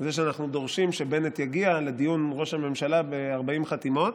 בזה שאנחנו דורשים שבנט יגיע לדיון עם ראש הממשלה ב-40 חתימות.